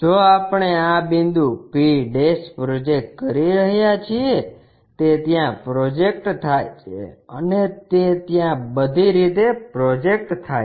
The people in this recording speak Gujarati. જો આપણે આ બિંદુ p પ્રોજેક્ટ કરી રહ્યા છીએ તે ત્યાં પ્રોજેક્ટ થાય છે અને તે ત્યાં બધી રીતે પ્રોજેક્ટ થાય છે